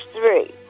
three